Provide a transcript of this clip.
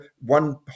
one